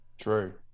True